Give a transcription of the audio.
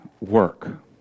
work